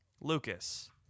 Lucas